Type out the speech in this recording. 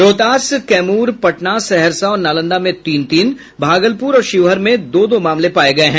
रोहतास कैमूर पटना सहरसा और नालंदा में तीन तीन भागलपूर और शिवहर में दो दो मामले पाये गये हैं